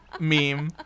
Meme